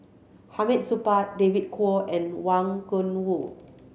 Hamid Supaat David Kwo and Wang Gungwu